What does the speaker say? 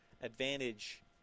advantage